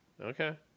Okay